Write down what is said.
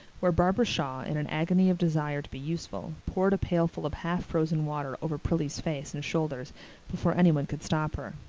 where barbara shaw, in an agony of desire to be useful, poured a pailful of half frozen water over prillie's face and shoulders before anyone could stop her.